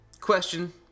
question